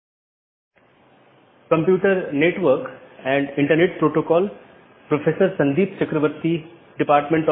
नमस्कार हम computer network और इंटरनेट पाठ्यक्रम पर अपनी चर्चा जारी रखेंगे